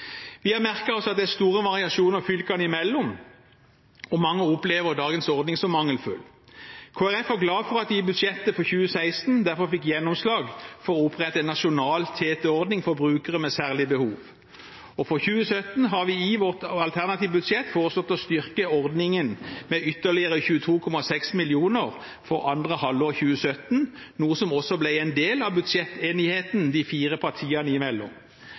Vi har merket oss at det er store variasjoner fylkene imellom, og mange opplever dagens ordning som mangelfull. Kristelig Folkeparti er derfor glad for at vi i budsjettet for 2016 fikk gjennomslag for å opprette en nasjonal TT-ordning for brukere med særlige behov. For 2017 har vi i vårt alternative budsjett foreslått å styrke ordningen med ytterligere 22,6 mill. kr for andre halvår 2017, noe som også ble en del av budsjettenigheten de fire partiene imellom.